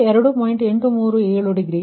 837 degree